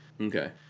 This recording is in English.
Okay